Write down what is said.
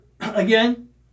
again